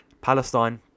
Palestine